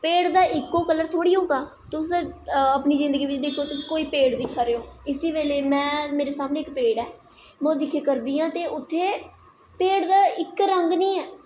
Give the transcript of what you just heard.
पेड़ दा इक्को कल्लर थोह्ड़ी होंदा अपनी जिन्दगी बिच्च तुस कोई पेड़ दिक्खा दे ओ इस बेल्लै मेरै सामनै इक पेड़ ऐ में दिक्खे करदी आं ते उत्थें पेड़ दा इक रंग नी ऐ